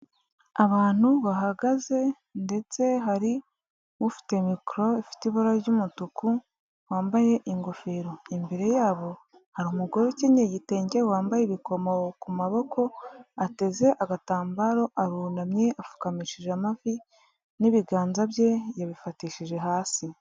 Abantu bahagaze ndetse hari ufite mikoro ifite ibara ry'umutuku, wambaye ingofero, imbere yabo hari umugore ukenyeye igitenge, wambaye ibikomo ku maboko, ateze agatambaro, arunamye apfukamishije amavi n'ibiganza bye yabifatishije hasi.